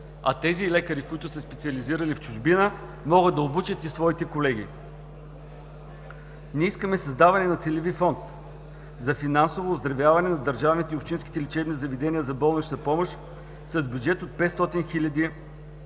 А тези лекари, които са специализирали в чужбина, могат да обучат и своите колеги. Ние искаме създаване на целеви фонд за финансово оздравяване на държавните и общинските лечебни заведения за болнична помощ с бюджет от 500 хил.